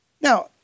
Now